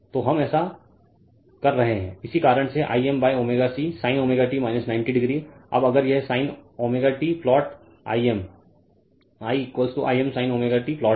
तो हम ऐसा कर रहे हैं इसी कारण से I m ω C sin ω t 90 degree अब अगर यह sin ωt plot I m I I m sin ω t plot है